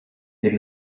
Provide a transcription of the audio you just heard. des